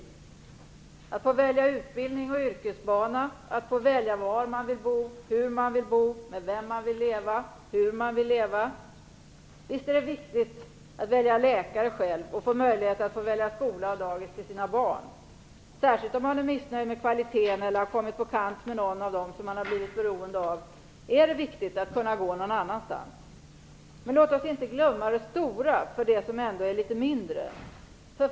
Det handlar om att få välja utbildning och yrkesbana, var man vill bo, hur man vill bo, med vem man vill leva, hur man vill leva. Visst är det viktigt att få välja läkare själv och få möjlighet att välja skola och dagis för sina barn. Särskilt om man är missnöjd med kvaliteten eller har kommit på kant med någon av dem man har blivit beroende av är det viktigt att kunna gå någon annanstans. Men låt oss inte glömma det stora för det som ändå är litet mindre.